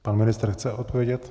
Pan ministr chce odpovědět.